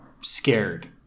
scared